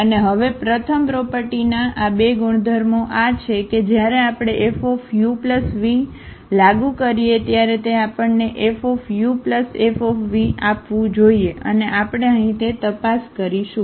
અને હવે પ્રથમ પ્રોપર્ટીની આ બે ગુણધર્મો આ છે કે જ્યારે આપણે Fuv લાગુ કરીએ ત્યારે તે આપણને FuF આપવું જોઈએ અને આપણે અહીં તે તપાસ કરીશું